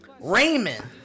Raymond